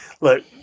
Look